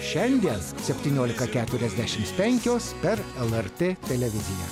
šiandien septyniolika keturiasdešims penkios per lrt televiziją